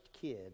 kid